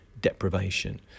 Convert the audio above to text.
deprivation